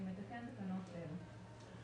אני מתקין תקנות אלה: